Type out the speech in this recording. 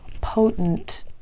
potent